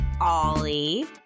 Ollie